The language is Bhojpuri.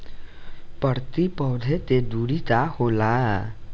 प्रति पौधे के दूरी का होला?